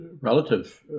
relative